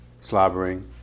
slobbering